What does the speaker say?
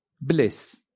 bliss